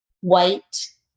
white